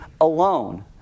alone